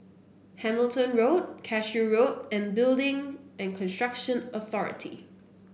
Hamilton Road Cashew Road and Building and Construction Authority